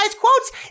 quotes